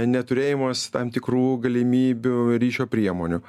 neturėjimas tam tikrų galimybių ryšio priemonių